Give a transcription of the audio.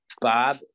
Bob